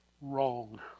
Wrong